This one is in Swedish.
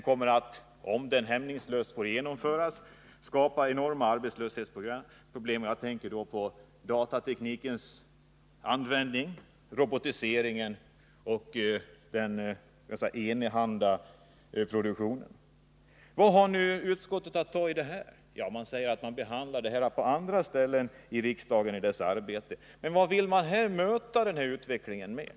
Om den hämningslöst får genomföras, kommer den att skapa enorma arbetslöshetsproblem. Jag tänker på datateknikens användning, robotiseringen och den ensidiga produktionen. Vad har nu utskottet att säga till det här? Utskottet säger att detta behandlas på andra håll i riksdagens arbete. Men vad vill utskottet möta denna utveckling med?